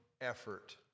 effort